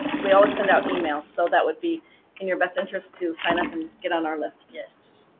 we always send out emails, so that would be in your best interest to sign up and get on our list. yes.